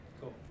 Cool